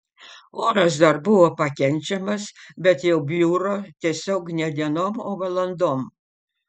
oras dar buvo pakenčiamas bet jau bjuro tiesiog ne dienom o valandom